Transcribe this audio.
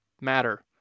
matter